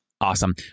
Awesome